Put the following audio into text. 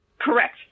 Correct